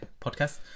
podcast